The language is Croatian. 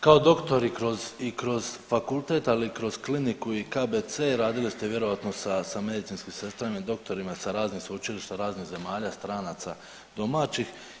Kao doktor i kroz fakultet ali i kroz kliniku i KBC radili ste vjerojatno sa medicinskim sestrama i doktorima sa raznih sveučilišta raznih zemalja, stranaca domaćih.